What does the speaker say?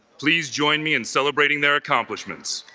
please join me in celebrating their accomplishments